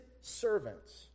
servants